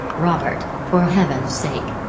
robert, for heaven's sake!